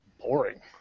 boring